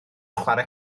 chwarae